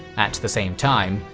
at the same time,